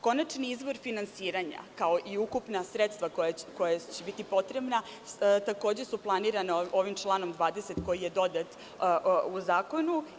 Konačni izvor finansiranja, kao i ukupna sredstva koja će biti potrebna, takođe su planirana ovim članom 20. koji je dodat u zakonu.